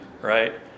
Right